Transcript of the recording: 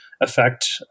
affect